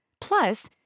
Plus